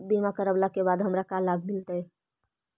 बीमा करवला के बाद हमरा का लाभ मिलतै?